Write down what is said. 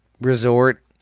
resort